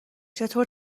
چطور